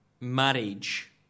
Marriage